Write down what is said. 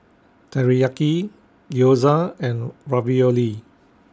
Teriyaki Gyoza and Ravioli